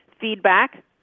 feedback